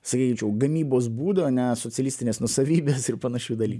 sakyčiau gamybos būdo ane socialistinės nuosavybės ir panašių dalykų dabar